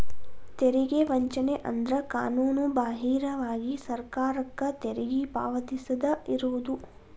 ತೆರಿಗೆ ವಂಚನೆ ಅಂದ್ರ ಕಾನೂನುಬಾಹಿರವಾಗಿ ಸರ್ಕಾರಕ್ಕ ತೆರಿಗಿ ಪಾವತಿಸದ ಇರುದು